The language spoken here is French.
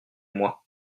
moi